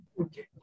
Okay